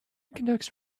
conducts